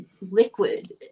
liquid